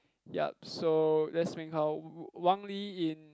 yup so that's Meng-Hao Wang-Lee in